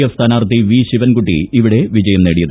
F സ്ഥാനാർ ത്ഥി V Sivankutty ഇവിടെ വിജയം നേടിയത്